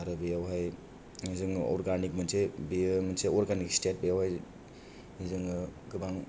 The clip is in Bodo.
आरो बेयावहाय जोङो अरगानिख मोनसे बेयो मोनसे अरगानिख स्टेट बेयावहाय जोङो गोबां